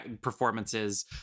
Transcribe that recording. performances